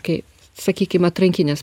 kai sakykim atrankines